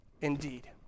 indeed